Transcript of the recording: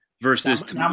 versus